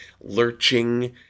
lurching